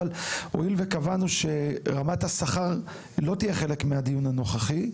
הואיל וקבענו שרמת השכר לא תהיה חלק מהדיון הנוכחי,